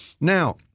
Now